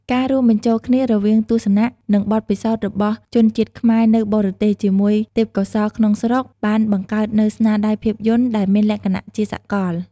ការរួមបញ្ចូលគ្នារវាងទស្សនៈ និងបទពិសោធន៍របស់ជនជាតិខ្មែរនៅបរទេសជាមួយទេពកោសល្យក្នុងស្រុក បានបង្កើតនូវស្នាដៃភាពយន្តដែលមានលក្ខណៈជាសកល។